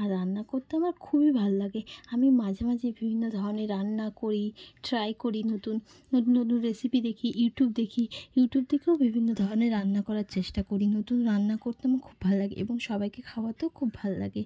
আর রান্না করতে আমার খুবই ভালো লাগে আমি মাঝে মাঝে বিভিন্ন ধরনের রান্না করি ট্রাই করি নতুন নতুন নতুন রেসিপি দেখি ইউটিউব দেখি ইউটিউব দেখেও বিভিন্ন ধরনের রান্না করার চেষ্টা করি নতুন রান্না করতে আমার খুব ভালো লাগে এবং সবাইকে খাওয়াতেও খুব ভালো লাগে